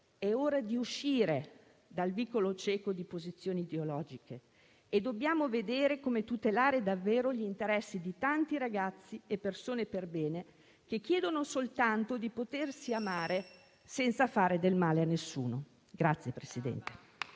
è ora di uscire dal vicolo cieco di posizioni teologiche e vedere come tutelare davvero gli interessi di tanti ragazzi e persone perbene che chiedono soltanto di potersi amare senza fare del male a nessuno.